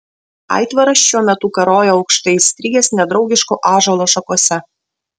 aitvaras šiuo metu karojo aukštai įstrigęs nedraugiško ąžuolo šakose